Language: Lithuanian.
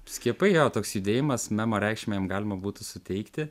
skiepai jo toks judėjimas memo reikšmę jam galima būtų suteikti